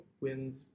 wins